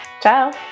Ciao